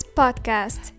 podcast